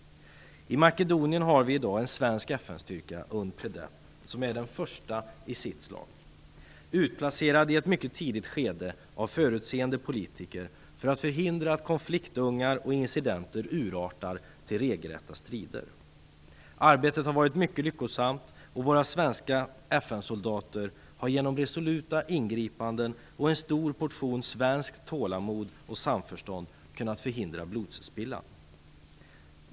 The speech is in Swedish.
I Makedonien har vi i dag en svensk FN-styrka, Unpredep, som är den första i sitt slag. Den är utplacerad i ett mycket tidigt skede av förutseende politiker för att hindra att konfliktungar och incidenter urartar till regelrätta strider. Arbetet har varit mycket lyckosamt och våra svenska FN-soldater har genom resoluta ingripanden och en stor portion svenskt tålamod och samförstånd kunnat förhindra blodspillan.